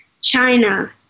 China